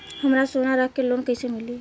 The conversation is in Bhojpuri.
हमरा सोना रख के लोन कईसे मिली?